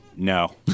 no